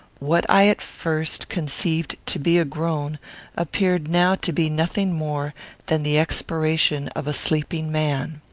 what i at first conceived to be a groan appeared now to be nothing more than the expiration of a sleeping man.